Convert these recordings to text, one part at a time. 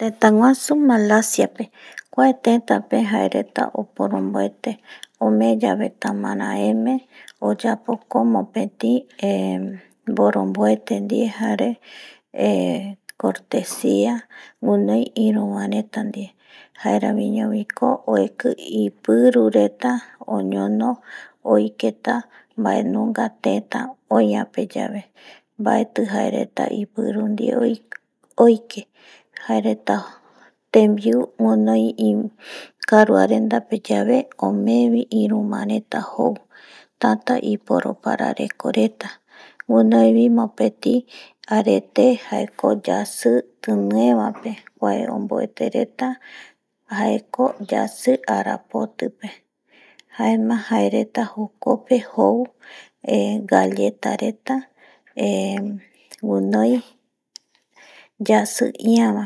Tëtäguasu malasiape kuae tëtäpe jae reta oporomboete ome yave tamaraeme oyapo mopeti boronboete ndie jare eh cortesia guinoi iruvareta jaeramiñovi ueki ipiru reta oñono oiketa mbae nunga teta oi oeyae mbaeti jae reta ipiru die oike reta jae reta tenbiu guinoi karua renda pe yabe omevi iru bae reta jou tata iporo parareko reta guinoivi mopeti arete jaeko yasi tinie yave nbae ombuete reta jaeko yasi arapot pe jaema jae reta jokope jou galleta reta eh guinoi yasi iava,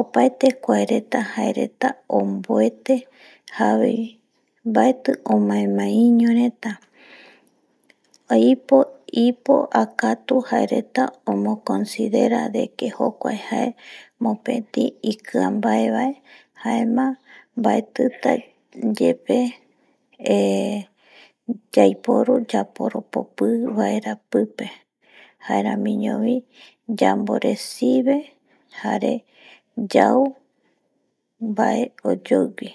opaete kuae reta jae reta onbuete yave mbaeti omaemae iño reta ipo akatu jae reta omo considera deke jokua jae reta mopeti ikia vae jaema baetita yepe yaiporu yaporopopibae japipe pe jaeramiñovi yanborecibe jare yauvae oyoigui